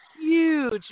huge